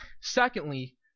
Secondly